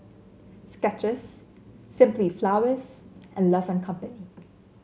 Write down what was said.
Skechers Simply Flowers and Love and Company